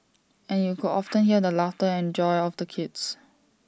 and you could often hear the laughter and joy of the kids